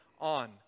on